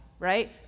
right